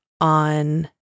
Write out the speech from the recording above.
on